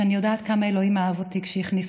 שאני יודעת כמה אלוהים אהב אותי כשהכניס